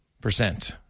percent